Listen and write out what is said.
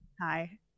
Hi